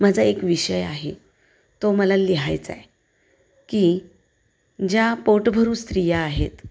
माझा एक विषय आहे तो मला लिहायचा आहे की ज्या पोटभरू स्त्रिया आहेत